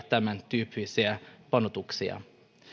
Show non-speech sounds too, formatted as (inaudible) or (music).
(unintelligible) tämäntyyppisiä panostuksia